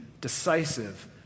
decisive